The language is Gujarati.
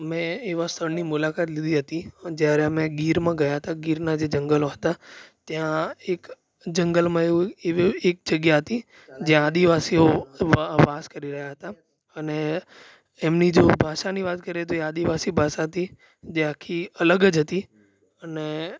મેં એવા સ્થળની મુલાકાત લીધી હતી જ્યારે અમે ગીરમાં ગયા હતા ગીરના જે જંગલો હતા ત્યાં એક જંગલમાં એવી એવી એક જગ્યા હતી આદિવાસીઓ વાસ કરી રહ્યા હતા અને એમની જો ભાષાની વાત કરીએ તો એ આદિવાસી ભાષા હતી જે આખી અલગ જ હતી અને